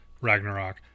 Ragnarok